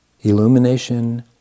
Illumination